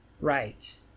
Right